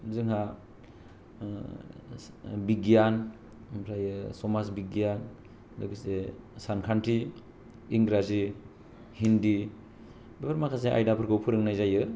जोंहा बिगियान आमफ्रायो समाज बिगियान लोगोसे सानखान्थि इंराजि हिन्दी बे माखासे आयदाफोरखौ फोरोंनाय जायो